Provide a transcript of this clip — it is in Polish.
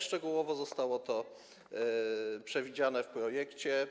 Szczegółowo zostało to przewidziane w projekcie.